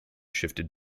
shifted